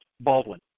Baldwin